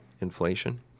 inflation